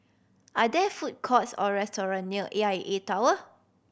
are there food courts or restaurant near A I A Tower